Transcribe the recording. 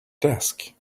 desk